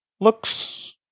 looks